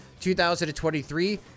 2023